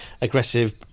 aggressive